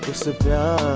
ah sit down.